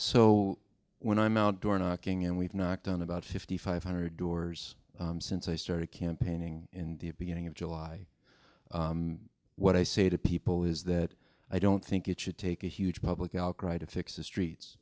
so when i'm out door knocking and we've knocked on about fifty five hundred doors since i started campaigning in the beginning of july what i say to people is that i don't think it should take a huge public outcry to fix the